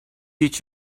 did